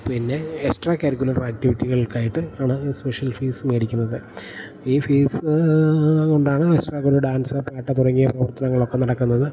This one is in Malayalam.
പിന്നെ എക്സ്ട്രാ കരിക്കുലർ ആക്ടിവിറ്റികൾക്കായിട്ടാണ് ഈ സ്പെഷ്യൽ ഫീസ് മേടിക്കുന്നത് ഈ ഫീസ് കൊണ്ടാണ് എക്സ്ട്രാ ഡാൻസ് പാട്ട് തുടങ്ങിയ പ്രവർത്തനങ്ങളൊക്കെ നടക്കുന്നത്